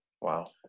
wow